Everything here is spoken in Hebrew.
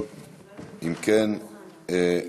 אם כן,